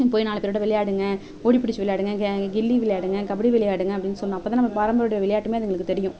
போய் நாலு பேரோடு விளையாடுங்க ஓடி பிடிச்சி விளையாடுங்க கே கில்லி விளையாடுங்க கபடி விளையாடுங்க அப்படின் சொல்லணும் அப்போ தான் நம்ம பாரம்பரியோட விளையாட்டுமே அவங்களுக்கு தெரியும்